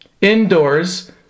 indoors